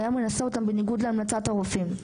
והיה מנסה אותם בניגוד להמלצת הרופאים.